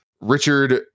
richard